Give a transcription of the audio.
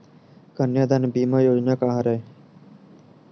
कन्यादान बीमा योजना का हरय?